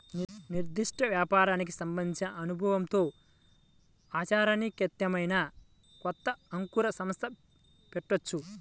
నిర్దిష్ట వ్యాపారానికి సంబంధించిన అనుభవంతో ఆచరణీయాత్మకమైన కొత్త అంకుర సంస్థలు పెట్టొచ్చు